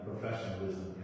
professionalism